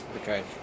Okay